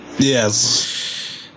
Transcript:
Yes